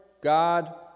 God